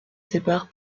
sépare